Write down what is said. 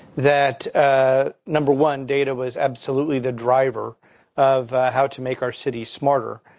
that, ah number one, data was absolutely the driver of how to make our cities smarter.